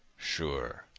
sure,